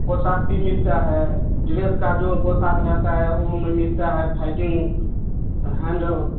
पोशाक भी मिलता है ड्रेस का जो पोशाक रहता है वो में मिलता है फाइटिंग हैंडल